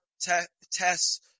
tests